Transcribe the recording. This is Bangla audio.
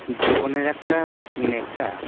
জীবনের একটা নেশা